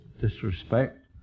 disrespect